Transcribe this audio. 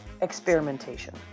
experimentation